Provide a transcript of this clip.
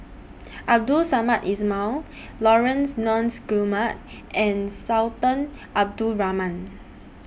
Abdul Samad Ismail Laurence Nunns Guillemard and Sultan Abdul Rahman